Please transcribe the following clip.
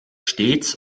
stets